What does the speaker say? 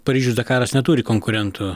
paryžius dakaras neturi konkurentų